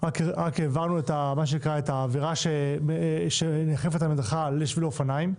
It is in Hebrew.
רק העברנו מה שנקרא את העבירה שנאכפת על המדרכה לשבילי אופניים.